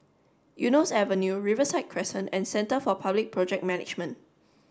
Eunos Avenue Riverside Crescent and Centre for Public Project Management